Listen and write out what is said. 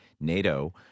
NATO